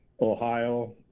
Ohio